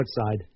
outside